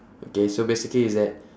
okay so basically it's that